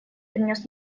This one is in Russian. принес